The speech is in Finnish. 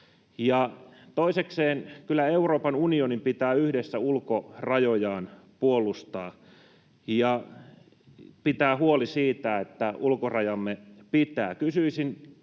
toisekseen: kyllä Euroopan unionin pitää yhdessä ulkorajojaan puolustaa ja pitää huoli siitä, että ulkorajamme pitää.